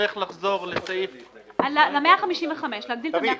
נצטרך לחזור לסעיף --- ל-155, להגדיל את ה-155.